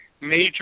major